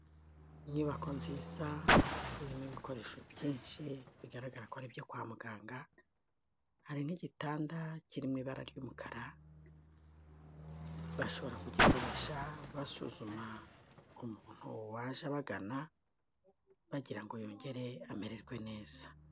Inyubako nziza irimo ibikoresho byinshi bigaragara ko ari byo kwa muganga, hari n'igitanda kiri mu ibara ry'umukara, bashobora kugikoresha basuzuma umuntu waje abagana bagira ngo yongere amererwe neza.